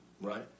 Right